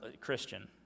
Christian